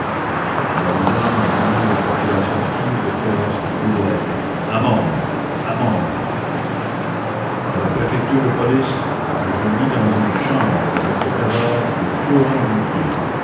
nous arrivâmes au milieu d'une population ivre et féroce qui hurlait a mort à mort a la préfecture de police je fus mis dans une chambre avec le cadavre de flourens à mes pieds